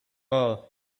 all